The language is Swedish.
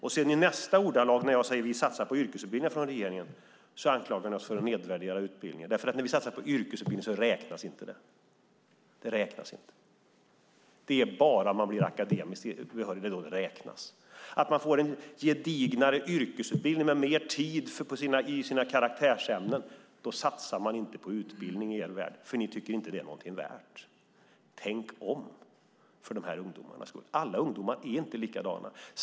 När jag säger att regeringen satsar på yrkesutbildningar anklagar ni oss för att nedvärdera utbildningen. När vi satsar på yrkesutbildning räknas det inte. Det är bara om man blir akademiskt behörig som det räknas. Om man får en mer gedigen yrkesutbildning med mer tid för karaktärsämnena satsar man inte på utbildning i er värld, för ni tycker inte att det är något värt. Tänk om för de här ungdomarnas skull. Alla ungdomar är inte likadana.